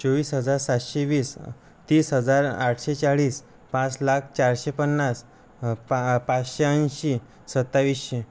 चोवीस हजार सातशे वीस तीस हजार आठशे चाळीस पाच लाख चारशे पन्नास पा पाचशे ऐंशी सत्ताविसशे